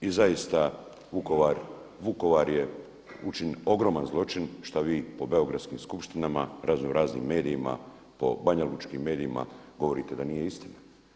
I zaista Vukovar, Vukovaru je učinjen ogroman zločin šta vi po beogradskim skupštinama, razno raznim medijima, po banjalučkim medijima govorite da nije istina.